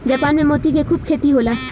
Japan में मोती के खूब खेती होला